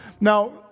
Now